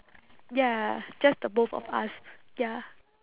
ya just the both of us ya